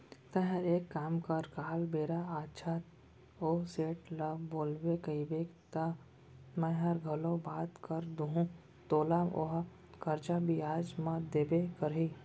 तैंहर एक काम कर काल बेरा आछत ओ सेठ ल बोलबे कइबे त मैंहर घलौ बात कर दूहूं तोला ओहा करजा बियाज म देबे करही